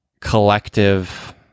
collective